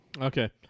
Okay